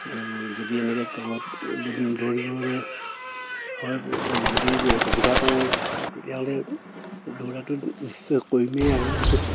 আৰু যদি এনেকে কামত দৌৰিবলে হয় যদি সুবিধা পাওঁ তেতিয়াহ'লে দৌৰাটো নিশ্চয় কৰিমেই আৰু